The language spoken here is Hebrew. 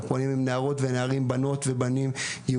אנחנו פועלים עם נערות ונערים,